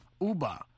uber